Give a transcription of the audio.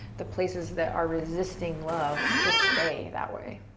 the places that are resisting love just stay that way.